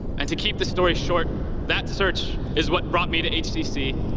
and to keep the story short, that search is what brought me to hcc,